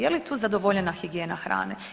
Je li tu zadovoljena higijena hrane?